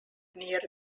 near